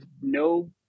no